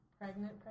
pregnant